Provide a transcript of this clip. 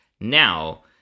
Now